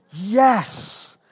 Yes